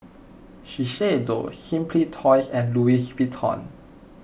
Shiseido Simply Toys and Louis Vuitton